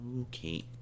Okay